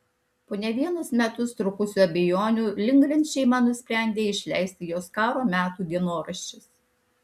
po ne vienus metus trukusių abejonių lindgren šeima nusprendė išleisti jos karo metų dienoraščius